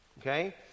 Okay